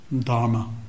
dharma